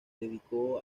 dedicó